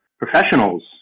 professionals